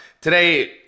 Today